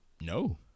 No